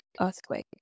earthquake